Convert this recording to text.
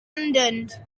abandoned